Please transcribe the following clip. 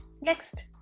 Next